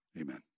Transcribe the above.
Amen